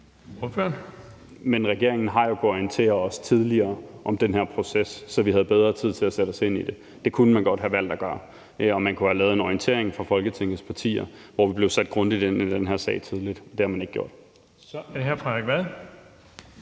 Men regeringen har jo kunnet orientere os tidligere om den der proces, så vi havde bedre tid til at sætte os ind i det. Det kunne man godt have valgt at gøre, og man kunne have lavet en orientering for Folketingets partier, hvor vi tidligt blev sat grundigt ind i den her sag. Det har man ikke gjort. Kl. 19:17 Den fg.